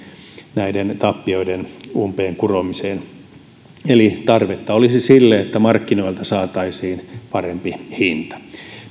näiden tappioiden umpeen kuromiseksi eli tarvetta olisi sille että markkinoilta saataisiin parempi hinta